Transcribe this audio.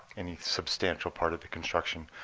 any substantial part of the construction.